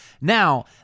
Now